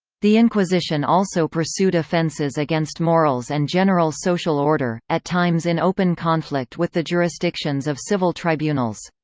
the inquisition also pursued offenses against morals and general social order, at times in open conflict with the jurisdictions of civil tribunals.